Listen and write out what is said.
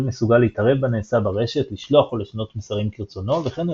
מסוגל להתערב בנעשה ברשת לשלוח או לשנות מסרים כרצונו וכן הוא